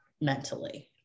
mentally